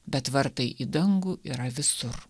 bet vartai į dangų yra visur